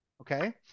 okay